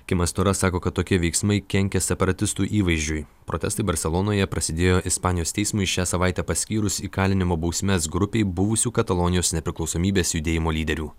kimas stora sako kad tokie veiksmai kenkia separatistų įvaizdžiui protestai barselonoje prasidėjo ispanijos teismui šią savaitę paskyrus įkalinimo bausmes grupei buvusių katalonijos nepriklausomybės judėjimo lyderių